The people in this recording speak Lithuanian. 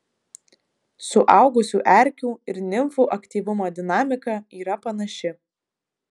suaugusių erkių ir nimfų aktyvumo dinamika yra panaši